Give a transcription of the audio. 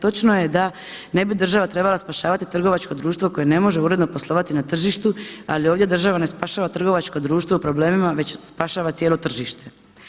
Točno je da ne bi država trebala spašavati trgovačko društvo koje ne može uredno poslovati na tržištu, ali ovdje država ne spašava trgovačko društvo u problemima, već spašava cijelo tržište.